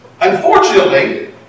Unfortunately